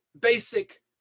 basic